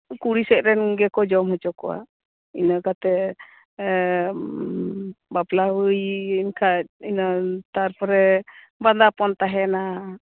ᱠᱩᱲᱤ ᱥᱮᱫ ᱨᱮᱱ ᱜᱮᱠᱚ ᱡᱚᱢ ᱦᱚᱪᱚ ᱠᱚᱣᱟ ᱤᱱᱟᱹ ᱠᱟᱛᱮᱜ ᱵᱟᱯᱞᱟ ᱦᱩᱭ ᱮᱱ ᱠᱷᱟᱡ ᱤᱱᱟᱹ ᱛᱟᱨᱯᱚᱨᱮ ᱵᱟᱸᱫᱟ ᱯᱚᱱ ᱛᱟᱦᱮᱸᱱᱟ